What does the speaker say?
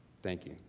thank you.